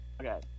okay